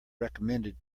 recommended